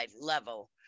level